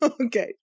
Okay